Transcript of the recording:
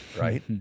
right